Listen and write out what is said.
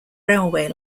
railway